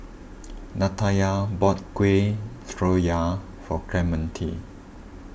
Natalya bought Kueh Syara for Clemente